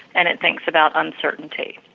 and it thinks about uncertainty.